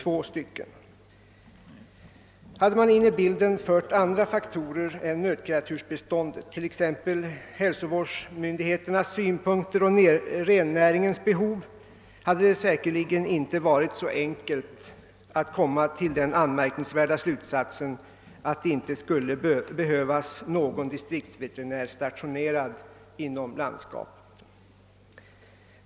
Om man hade fört in andra faktorer i bilden än nötkreatursbeståndet, t.ex. hälsovårdsmyndigheternas synpunkter och synpunkter på rennäringens behov, hade det säkerligen inte varit så enkelt att komma till den anmärkningsvärda slutsatsen att det inte skulle behövas någon distriktsveterinär stationerad inom landskapet.